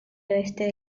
oeste